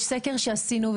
יש סקר שעשינו,